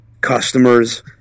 customers